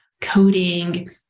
coding